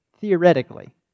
theoretically